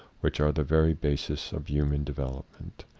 which are the very bases of human develop ment.